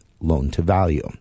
loan-to-value